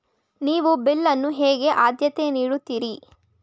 ನೀವು ಬಿಲ್ ಅನ್ನು ಹೇಗೆ ಆದ್ಯತೆ ನೀಡುತ್ತೀರಿ?